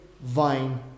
vine